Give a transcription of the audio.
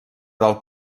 del